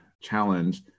challenge